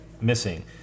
missing